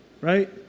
Right